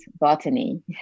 botany